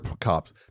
cops